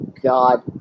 God